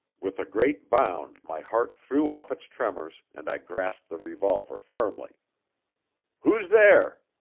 with a great bound my heart threw off its tremors, and i grasped the revolver firmly who's there?